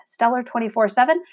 Stellar247